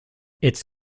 its